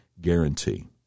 guarantee